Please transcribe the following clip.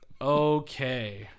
Okay